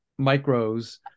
micros